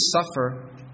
suffer